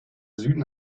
süden